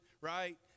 right